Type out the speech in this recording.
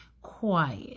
quiet